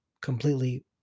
completely